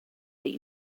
that